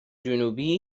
جنوبی